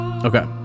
Okay